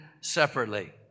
separately